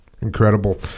Incredible